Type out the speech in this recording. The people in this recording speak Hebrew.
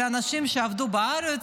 אלה אנשים שעבדו בארץ,